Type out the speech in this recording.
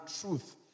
truth